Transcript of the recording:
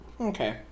Okay